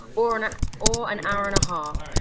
or and an or an hour and a half,